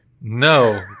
No